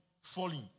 falling